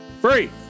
free